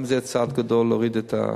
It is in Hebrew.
גם זה צעד גדול כדי להוריד את העומס.